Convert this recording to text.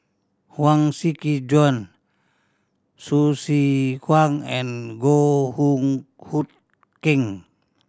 Huang Shiqi Joan Hsu Tse Kwang and Goh Hoo Hood Keng